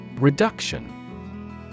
Reduction